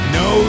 no